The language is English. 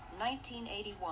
1981